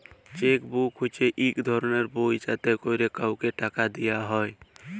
cheque book হছে ইক ধরলের বই যাতে ক্যরে কাউকে টাকা দিয়া হ্যয়